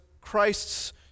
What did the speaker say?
Christ's